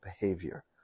behavior